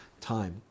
time